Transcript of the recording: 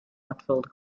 watford